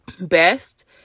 best